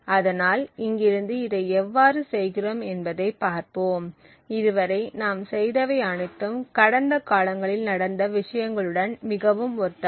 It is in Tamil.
அதனால் இங்கிருந்து இதை எவ்வாறு செய்கிறோம் என்பதைப் பார்ப்போம் இதுவரை நாம் செய்தவை அனைத்தும் கடந்த காலங்களில் நடந்த விஷயங்களுடன் மிகவும் ஒத்தவை